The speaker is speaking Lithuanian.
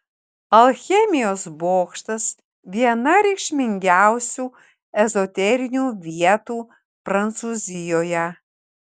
alchemijos bokštas viena reikšmingiausių ezoterinių vietų prancūzijoje